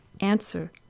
Answer